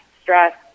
Stress